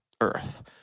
Earth